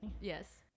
Yes